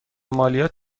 مالیات